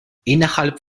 innerhalb